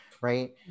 right